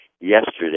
yesterday